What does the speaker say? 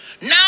Now